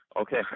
Okay